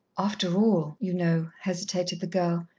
after all, you know, hesitated the girl,